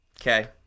okay